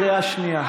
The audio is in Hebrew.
קריאה שנייה.